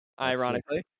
ironically